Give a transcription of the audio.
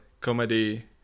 comedy